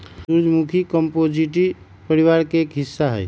सूर्यमुखी कंपोजीटी परिवार के एक हिस्सा हई